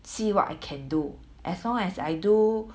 see what I can do as long as I do